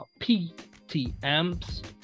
PTMs